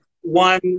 one